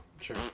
Sure